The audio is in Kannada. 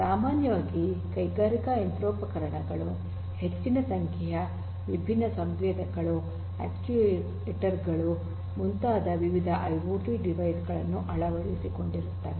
ಸಾಮಾನ್ಯವಾಗಿ ಕೈಗಾರಿಕಾ ಯಂತ್ರೋಪಕರಣಗಳು ಹೆಚ್ಚಿನ ಸಂಖ್ಯೆಯ ವಿಭಿನ್ನ ಸಂವೇದಕಗಳು ಅಕ್ಟುಯೆಟರ್ ಗಳು ಮುಂತಾದ ವಿವಿಧ ಐಓಟಿ ಡಿವೈಸ್ ಗಳನ್ನು ಅಳವಡಿಸಿಕೊಂಡಿರುತ್ತದೆ